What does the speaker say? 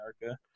america